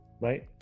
right